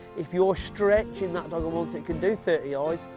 if you are stretching that dog and once it can do thirty yards,